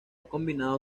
combinado